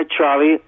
Charlie